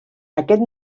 aquest